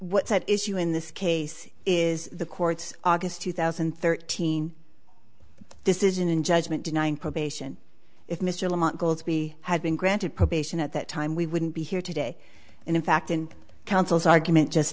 what's at issue in this case is the court's august two thousand and thirteen decision and judgment denying probation if mr lamont goldsby had been granted probation at that time we wouldn't be here today and in fact in counsel's argument just